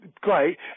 Great